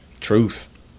Truth